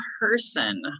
person